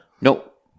Nope